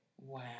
Wow